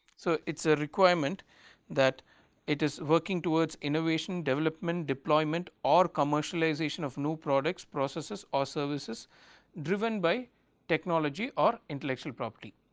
so, it is a requirement that it is working towards innovation, development, deployment or commercialization of new products processes or services driven by technology or intellectual property.